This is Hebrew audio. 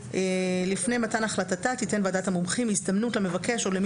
לפני מתן החלטתה תיתן ועדת המומחים הזדמנות למבקש או למי